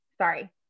sorry